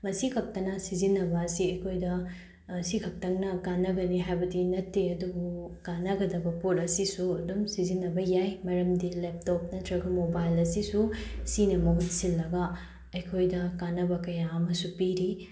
ꯃꯁꯤ ꯈꯛꯇꯅ ꯁꯤꯖꯤꯟꯅꯕ ꯑꯁꯤ ꯑꯩꯈꯣꯏꯗ ꯁꯤ ꯈꯛꯇꯪꯅ ꯀꯥꯟꯅꯒꯅꯤ ꯍꯥꯏꯕꯗꯤ ꯅꯠꯇꯦ ꯑꯗꯨꯕꯨ ꯀꯥꯟꯅꯒꯗꯕ ꯄꯣꯠ ꯑꯁꯤꯁꯨ ꯑꯗꯨꯝ ꯁꯤꯖꯤꯟꯅꯕ ꯌꯥꯏ ꯃꯔꯝꯗꯤ ꯂꯦꯞꯇꯣꯞ ꯅꯠꯇ꯭ꯔꯒ ꯃꯣꯕꯥꯏꯜ ꯑꯁꯤꯁꯨ ꯁꯤꯅ ꯃꯍꯨꯠ ꯁꯤꯜꯂꯒ ꯑꯩꯈꯣꯏꯗ ꯀꯥꯟꯅꯕ ꯀꯌꯥ ꯑꯃꯁꯨ ꯄꯤꯔꯤ